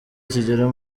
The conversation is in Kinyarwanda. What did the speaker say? kigera